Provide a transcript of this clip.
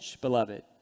beloved